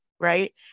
right